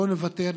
לא נוותר,